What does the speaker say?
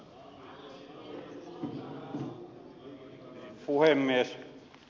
arvoisa puhemies